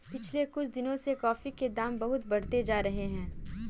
पिछले कुछ दिनों से कॉफी के दाम बहुत बढ़ते जा रहे है